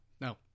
No